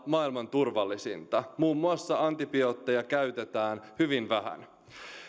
maailman turvallisinta muun muassa antibiootteja käytetään hyvin vähän